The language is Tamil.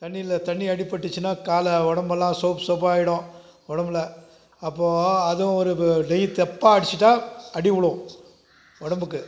தண்ணியில் தண்ணி அடிபட்டுச்சுனா கால ஒடம்பெல்லாம் சோப்பு சோப்பாயிடும் உடம்புல அப்போது அதுவும் ஒரு டை தப்பாக அடிச்சுட்டா அடி உழும் உடம்புக்கு